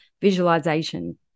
visualization